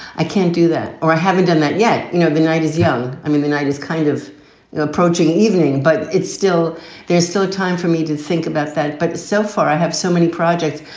i can't do that or i haven't done that yet. you know, the night is young. i mean, the night is kind of approaching evening, but it's still there's still a time for me to think about that. but so far, i have so many projects.